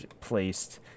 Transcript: placed